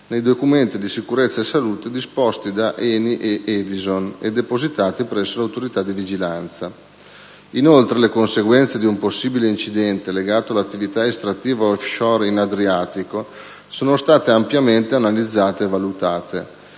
nei documenti di sicurezza e salute, disposti dalle società ENI ed Edison e depositati presso l'autorità di vigilanza. Inoltre, le conseguenze di un possibile incidente, legato all'attività estrattiva *offshore* in Adriatico, sono state ampiamente analizzate e valutate.